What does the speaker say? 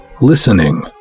listening